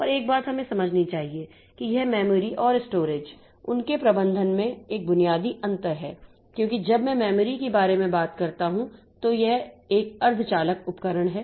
और एक बात हमें समझनी चाहिए कि यह मेमोरी और स्टोरेज उनके प्रबंधन में एक बुनियादी अंतर है क्योंकि जब मैं मेमोरी के बारे में बात करता हूं तो यह एक अर्धचालक उपकरण है